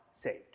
saved